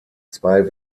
zwei